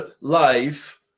life